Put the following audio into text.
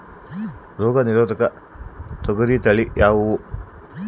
ರೋಗ ನಿರೋಧಕ ತೊಗರಿ ತಳಿ ಯಾವುದು?